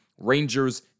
Rangers